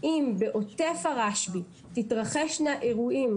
אם בעוטף הרשב"י יתרחשו אירועים,